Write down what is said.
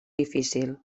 difícil